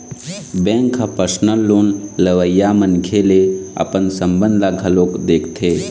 bank ह personal loan लेवइया मनखे ले अपन संबंध ल घलोक देखथे